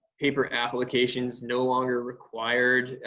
paper applications no longer required,